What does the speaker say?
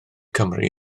cymru